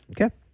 Okay